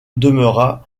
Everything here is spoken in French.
demeura